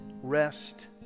Rest